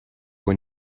when